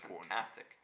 fantastic